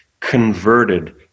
converted